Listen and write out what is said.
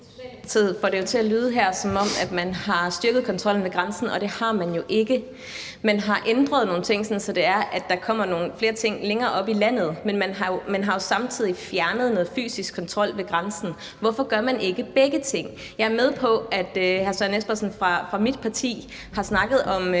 får det til at lyde her, som om man har styrket kontrollen ved grænsen, og det har man jo ikke. Man har ændret nogle ting, sådan at der kommer nogle flere ting længere oppe i landet, men man har jo samtidig fjernet noget fysisk kontrol ved grænsen. Hvorfor gør man ikke begge ting? Jeg er med på, at hr. Søren Espersen fra mit parti har snakket om